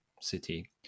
city